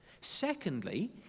Secondly